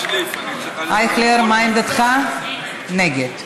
ההצעה להעביר לוועדה את הצעת חוק להצעת חוק הרבנות הראשית לישראל